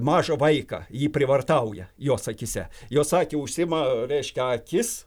mažą vaiką jį prievartauja jos akyse jos sakė užsiima reiškia akis